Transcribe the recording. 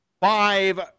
Five